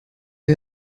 wir